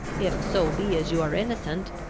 if so be as you are innocent,